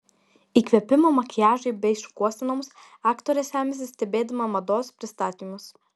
įkvėpimo makiažui bei šukuosenoms aktorė semiasi stebėdama mados pristatymus